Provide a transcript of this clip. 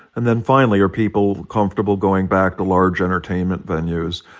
and then, finally, are people comfortable going back to large entertainment venues?